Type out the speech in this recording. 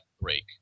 break